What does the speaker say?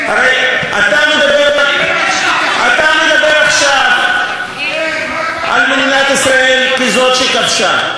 הרי אתה מדבר עכשיו על מדינת ישראל כזאת שכבשה.